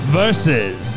versus